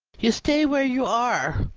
you stay where you are,